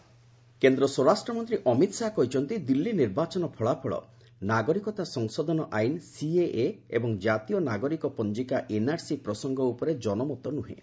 ଅମିତ ଶାହା କେନ୍ଦ୍ର ସ୍ୱରାଷ୍ଟ୍ରମନ୍ତ୍ରୀ ଅମିତ ଶାହା କହିଛନ୍ତି ଦିଲ୍ଲୀ ନିର୍ବାଚନ ଫଳାଫଳ ନାଗରିକତା ସଂଶୋଧନ ଆଇନ୍ ସିଏଏ ଏବଂ ଜାତୀୟ ନାଗରିକ ପଞ୍ଜିକା ଏନ୍ଆର୍ସି ପ୍ରସଙ୍ଗ ଉପରେ ଜନମତ ନୁହେଁ